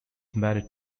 married